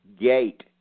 gate